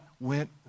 went